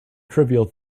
trivial